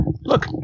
Look